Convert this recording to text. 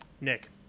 nick